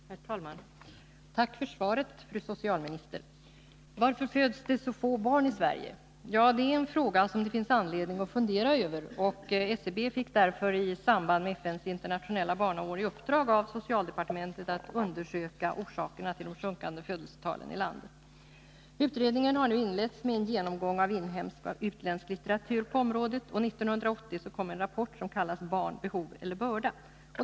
Herr talman! Tack för svaret, fru socialminister. Varför föds det så få barn i Sverige? Det är en fråga som det finns anledning att fundera över, och SCB fick därför i samband med FN:s internationella barnår i uppdrag av socialdepartementet att undersöka orsakerna till de sjunkande födelsetalen i landet. Utredningen har inletts med en genomgång av inhemsk och utländsk litteratur på området, och 1980 kom en rapport som kallas ”Barn — behov eller börda?”.